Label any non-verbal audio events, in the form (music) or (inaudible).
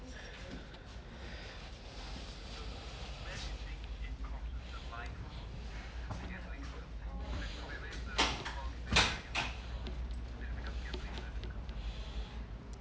(noise) (noise)